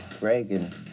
Reagan